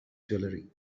jewellery